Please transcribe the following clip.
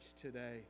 today